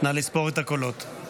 נא לספור את הקולות.